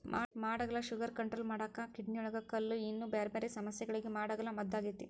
ಮಾಡಹಾಗಲ sugar control ಮಾಡಾಕ, ಕಿಡ್ನಿಯೊಳಗ ಕಲ್ಲು, ಇನ್ನೂ ಬ್ಯಾರ್ಬ್ಯಾರೇ ಸಮಸ್ಯಗಳಿಗೆ ಮಾಡಹಾಗಲ ಮದ್ದಾಗೇತಿ